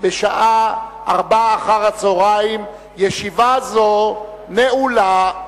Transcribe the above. בשעה 16:00. ישיבה זו נעולה.